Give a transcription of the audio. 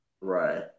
Right